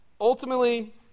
ultimately